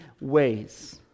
ways